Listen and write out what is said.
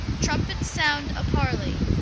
trumpets sound a parley.